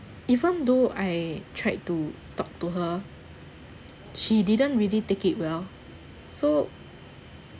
even though I tried to talk to her she didn't really take it well so